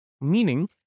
Meaning